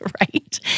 right